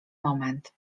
moment